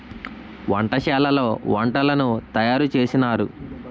వంటశాలలో వంటలను తయారు చేసినారు